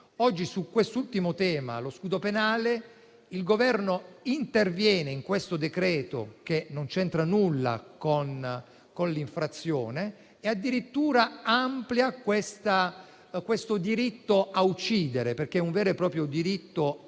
Oggi, su quest'ultimo tema, lo scudo penale, il Governo interviene con questo decreto-legge, che non c'entra nulla con l'infrazione, e addirittura amplia questo diritto ad uccidere (perché è un vero e proprio diritto a uccidere